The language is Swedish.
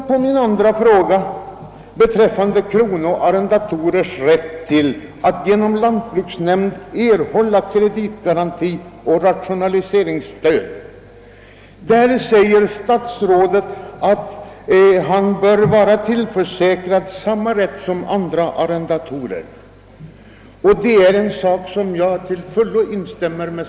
På min fråga angående kronoarrendators rätt att genom lantbruksnämnden erhålla kreditgaranti och rationaliseringsstöd svarar statsrådet att kronoarrendator bör vara tillförsäkrad samma rätt som andra arrendatorer. Det är en sak som jag till fullo instämmer i.